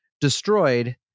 destroyed